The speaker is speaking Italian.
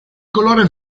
colore